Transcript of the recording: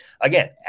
Again